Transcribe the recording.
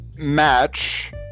match